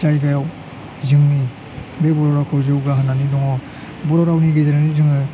जायगायाव जोंनि बे बर' रावखौ जौगा होनानै दङ बर' रावनि गेजेरजों नो जोङो